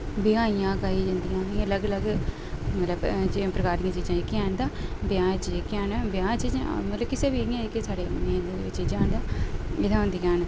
ब्याहियां गाइयां जंदियां इ'यां अलग अलग मतलब जि'यां प्रकार दियां चीजां जेह्कियां हैन तां ब्याह् च जेह्कियां हैन ब्याह् च जां मतलब किसै बी जेह्कियां जेह्के साढ़े एह् चीजां हैन जेह्ड़ियां होंदियां न